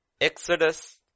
Exodus